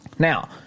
Now